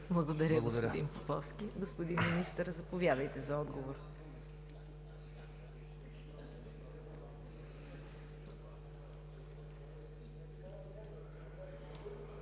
Благодаря, господин Поповски. Господин Министър, заповядайте за отговор.